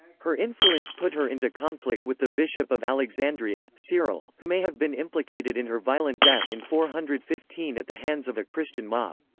her influence put her into conflict with the bishop of alexandria, cyril, who may have been implicated in her violent death in four hundred and fifteen at the hands of a christian mob.